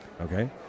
Okay